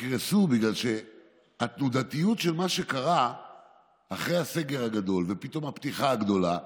יקרסו בגלל התנודתיות של מה שקרה אחרי הסגר הגדול ופתאום הפתיחה הגדולה.